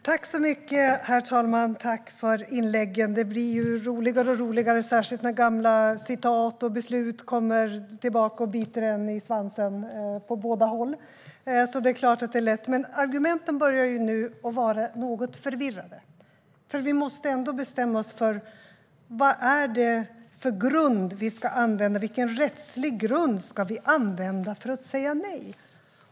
Herr talman! Tack för inläggen! Det blir roligare och roligare, särskilt när gamla citat och beslut kommer tillbaka och biter en i svansen, och det gäller båda håll. Men argumenten börjar nu bli något förvirrade. Vi måste ändå bestämma oss för vilken rättslig grund vi ska använda för att säga nej.